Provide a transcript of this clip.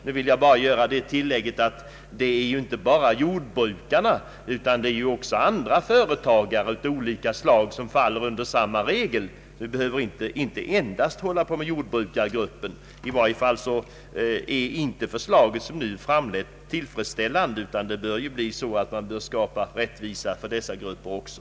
Jag vill bara göra det tilllägget att detta inte gäller endast jordbrukare. Andra företagare av olika slag faller också under samma regel. I varje fall är det förslag som framlagts inte tillfredsställande. Man bör försöka skapa rättvisa för dessa grupper också.